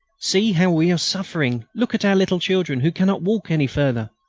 see how we are suffering. look at our little children, who cannot walk any further.